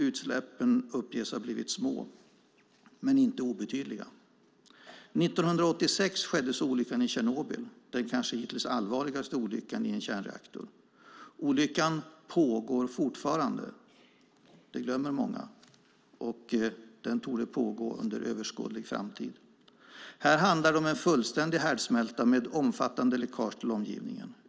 Utsläppen uppges ha blivit små men inte obetydliga. År 1986 skedde så olyckan i Tjernobyl, den kanske hittills allvarligaste olyckan i en kärnreaktor. Olyckan pågår fortfarande - det glömmer många - och torde pågå under överskådlig framtid. Här handlar det om en fullständig härdsmälta med omfattande läckage till omgivningen.